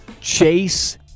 Chase